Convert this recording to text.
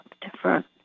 different